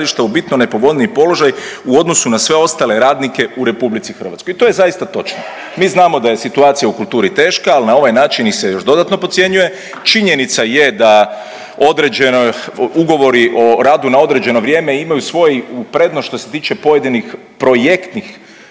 u bitno nepovoljniji položaj u odnosu na sve ostale radnike u RH i to je zaista točno. Mi znamo da je situacija u kulturi teška, al na ovaj način ih se još dodatno podcjenjuje. Činjenica je da određeni ugovori o radu na određeno vrijeme imaju svoju prednost što se tiče pojedinih projektnih